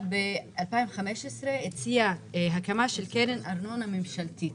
הציע ב-2015 הקמה של קרן הון ממשלתית